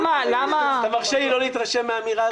אתה מרשה לי לא להתרשם מהאמירה הזאת?